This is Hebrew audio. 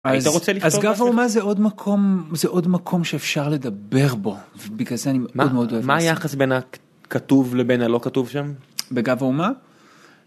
היית רוצה לכתוב? אז גב האומה זה עוד מקום, זה עוד מקום שאפשר לדבר בו בגלל זה אני מאוד מאוד אוהב.. מה היחס בין הכתוב לבין הלא כתוב שם? בגב האומה?